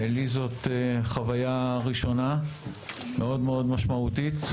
לי זו חוויה ראשונה מאוד משמעותית.